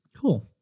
Cool